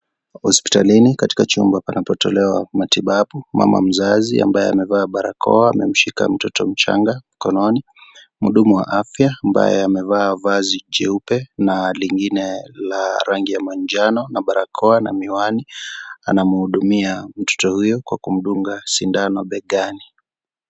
Hospitalini katika chumba panapotolewa matibabu mama mzazi ambaye amevaa barakoa amemshika mtoto mchanga mkononi, mhudumu wa afya ambaye amevaa vazi jeupe na lingine la rangi ya manjano na barakoa na miwani anamhudumia mtoto huyo kwa kumdunga sindano begani.